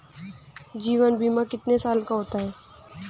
जीवन बीमा कितने साल का होता है?